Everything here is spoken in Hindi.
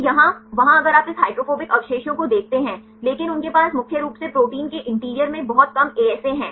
तो यहाँ वहाँ अगर आप इस हाइड्रोफोबिक अवशेषों को देखते हैं लेकिन उनके पास मुख्य रूप से प्रोटीन के इंटीरियर में बहुत कम एएसए है